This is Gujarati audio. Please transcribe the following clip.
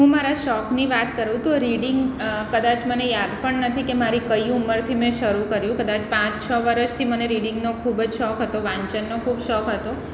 હું મારા શોખની વાત કરું તો રીડિંગ કદાચ મને યાદ પણ નથી કે મારી કઈ ઉંમરથી મેં શરૂ કર્યું કદાચ પાંચ છ વર્ષથી મને રીડિંગનો ખૂબ જ શોખ હતો મને વાંચનનો ખૂબ શોખ હતો